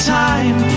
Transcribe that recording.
time